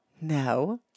no